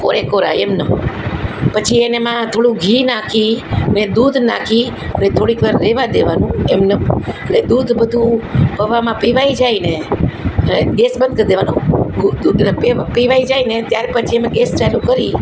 કોરે કોરા એમનેમ પછી એનામાં થોડુ ઘી નાખી ને દૂધ નાખીને થોડીક વાર રહેવા દેવાનું એમનેમ એટલે દૂધ બધું પૌંઆમાં પીવાઇ જાય ને ગેસ બંધ કરી દેવાનો દૂધને પીવાઇ જાય ને ત્યાર પછી અમે ગેસ ચાલુ કરી